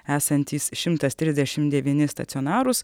esantys šimtas trisdešimt devyni stacionarūs